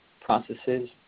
processes